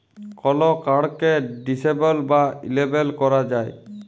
call কাড়কে disable বা enable ক্যরা যায়